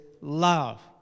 love